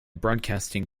broadcasting